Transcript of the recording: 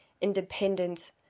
independent